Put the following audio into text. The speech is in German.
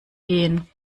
gehen